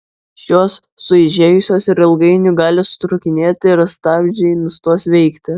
šios sueižėjusios ir ilgainiui gali sutrūkinėti ir stabdžiai nustos veikti